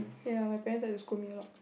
ya my parents like to scold me a lot